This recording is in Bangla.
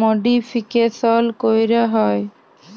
মডিফিকেশল ক্যরা হ্যয়